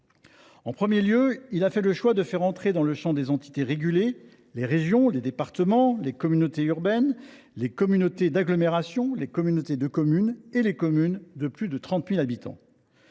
Le premier est de faire entrer dans le champ des entités régulées les régions, les départements, les communautés urbaines, les communautés d’agglomération, les communautés de communes et les communes de plus de 30 000 habitants.